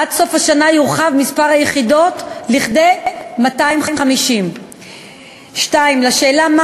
עד סוף השנה יורחב מספר היחידות לכדי 250. 2. לשאלה מה